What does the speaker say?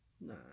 Nah